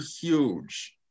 huge